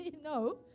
no